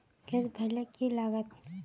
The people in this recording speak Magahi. गैस भरले की लागत?